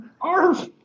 Arf